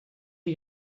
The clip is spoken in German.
der